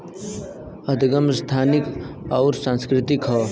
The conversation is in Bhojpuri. उदगम संस्थानिक अउर सांस्कृतिक हौ